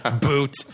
Boot